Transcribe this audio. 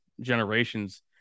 generations